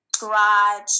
Garage